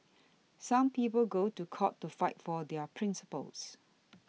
some people go to court to fight for their principles